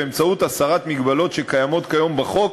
באמצעות הסרת מגבלות הקיימות כיום בחוק